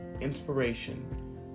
inspiration